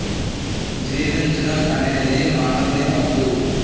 జీవించడం అనేది మానవుని హక్కు